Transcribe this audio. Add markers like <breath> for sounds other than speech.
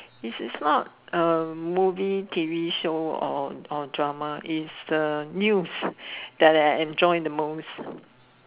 is is not a movie T_V show or or drama is the news <breath> that I enjoy the most